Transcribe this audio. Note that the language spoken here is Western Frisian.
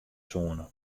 soene